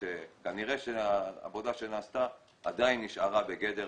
כנראה העבודה שנעשתה עדיין נשארה בגדר